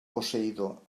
posseïdor